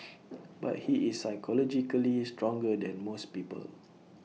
but he is psychologically stronger than most people